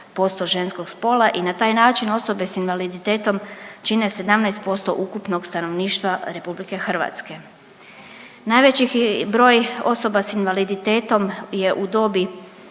43,9% ženskog spola i na taj način osobe s invaliditetom čine 17% ukupnog stanovništva RH. Najveći broj osoba s invaliditetom je u dobi